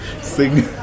Sing